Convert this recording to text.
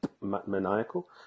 maniacal